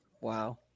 Wow